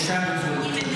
יש שמית?